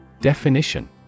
Definition